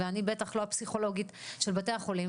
ואני בטח לא הפסיכולוגית של בתי החולים,